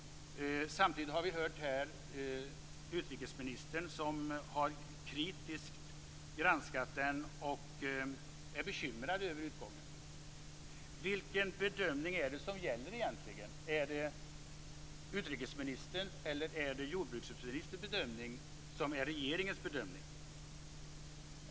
Samtidigt har vi här hört utrikesministern, som kritiskt har granskat överenskommelsen och som är bekymrad över utgången. Vilken bedömning är det som gäller, egentligen? Är det utrikesministerns, eller är det jordbruksministerns bedömning som är regeringens bedömning?